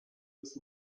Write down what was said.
with